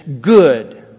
Good